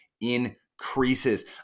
increases